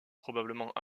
probablement